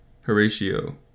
Horatio